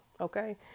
Okay